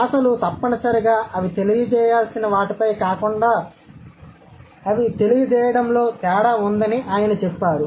భాషలు తప్పనిసరిగా అవి తెలియజేయాల్సిన వాటిపై కాకుండా అవి తెలియజేయడంలో తేడా ఉందని ఆయన చెప్పారు